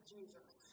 Jesus